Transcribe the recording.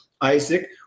Isaac